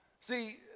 See